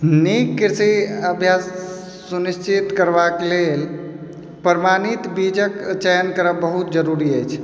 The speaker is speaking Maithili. नीक कृषि अभ्यास सुनिश्चित करबाके लेल प्रमाणित बीजक चयन करब बहुत जरूरी अछि